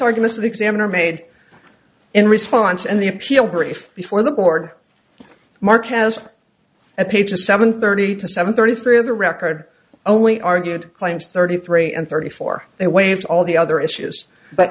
arguments the examiner made in response and the appeal brief before the board mark has a ph a seven thirty to seven thirty three of the record only argued claims thirty three and thirty four they waived all the other issues but